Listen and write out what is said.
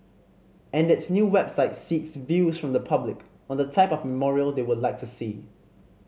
and its new website seeks view from the public on the type of memorial they would like to see